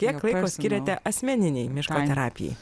kiek laiko skiriate asmeninei miško terapijai